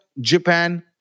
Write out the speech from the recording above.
Japan